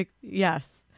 yes